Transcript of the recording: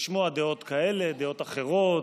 לשמוע דעות כאלה, דעות אחרות.